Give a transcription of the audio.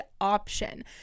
option